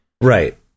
Right